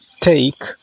take